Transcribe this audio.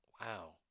Wow